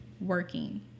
working